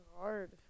hard